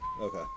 Okay